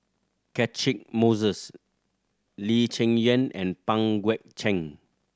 Catchick Moses Lee Cheng Yan and Pang Guek Cheng